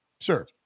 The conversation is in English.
Sure